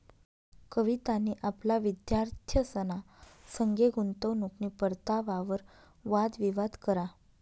कवितानी आपला विद्यार्थ्यंसना संगे गुंतवणूकनी परतावावर वाद विवाद करा